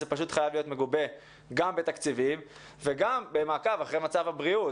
זה פשוט חייב להיות מגובה גם בתקציבים וגם במעקב אחרי מצב הבריאות.